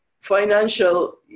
financial